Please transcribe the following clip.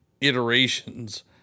iterations